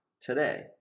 today